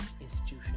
institution